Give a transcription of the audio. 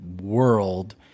world